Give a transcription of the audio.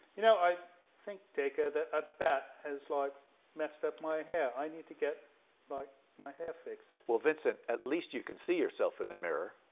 you know i think dacre that a bat has like messed up my hair i need to get like my hair fix well vincent at least you can see yourself in the mirror